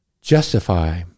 justify